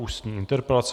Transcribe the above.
Ústní interpelace